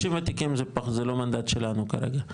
קשישים ותיקים זה לא מנדט שלנו כרגע,